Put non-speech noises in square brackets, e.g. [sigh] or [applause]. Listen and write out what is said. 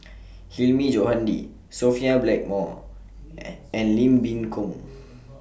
[noise] Hilmi Johandi Sophia Blackmore and Lim Boon Keng [noise]